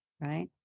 right